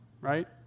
right